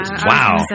Wow